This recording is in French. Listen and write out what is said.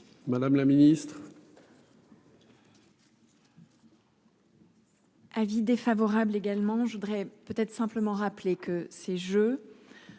Madame la Ministre.